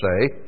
say